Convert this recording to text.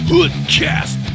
Hoodcast